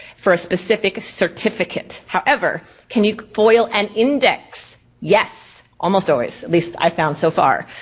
for a specific certificate. however, can you foil an index? yes, almost always at least i found so far.